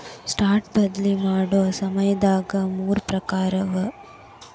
stock ಬದ್ಲಿ ಮಾಡೊ ಸಮಯದಾಗ ಮೂರ್ ಪ್ರಕಾರವ